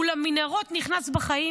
הוא אל המנהרות נכנס בחיים.